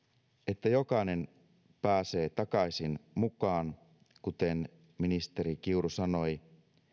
jotta jokainen pääsee takaisin mukaan kuten ministeri kiuru sanoi